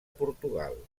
portugal